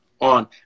on